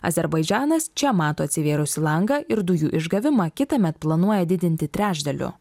azerbaidžanas čia mato atsivėrusį langą ir dujų išgavimą kitąmet planuoja didinti trečdaliu